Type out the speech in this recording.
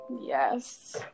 yes